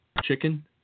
Chicken